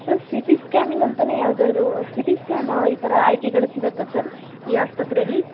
sir C T scanning ಅಂತಲೇ ಯಾವ್ದಾದ್ರು C T scan ಈ ಥರ ಆಯ್ಕೆಗಳು ಸಿಗುತ್ತಾ ಸರ್ ಈ ಆಸ್ಪತ್ರೆಲಿ